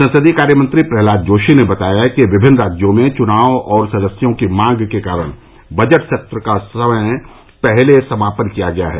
संसदीय कार्यमंत्री प्रहलाद जोशी ने बताया कि विभिन्न राज्यों में चुनाव और सदस्यों की मांग के कारण बजट सत्र का समय से पहले समापन किया गया है